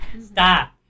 stop